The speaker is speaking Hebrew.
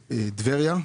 בטבריה,